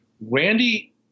Randy